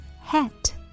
hat